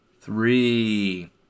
three